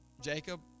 Jacob